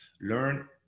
Learn